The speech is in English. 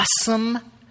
awesome